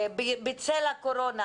בצל הקורונה.